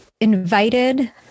invited